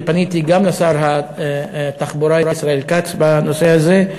ופניתי גם לשר התחבורה ישראל כץ בנושא הזה.